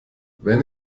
wenn